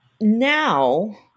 now